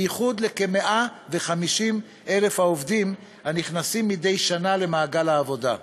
ובייחוד לכ-150,000 העובדים הנכנסים מדי שנה למעגל העבודה.